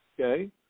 okay